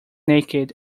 naked